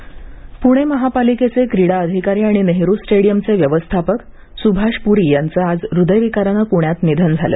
क्रीडा अधिकारी निधन पुणे महापालिकेचे क्रीडा अधिकारी आणि नेहरू स्टेडियम व्यवस्थापक सुभाष पुरी यांचं आज हृदयविकाराने पुण्यात निधन झालं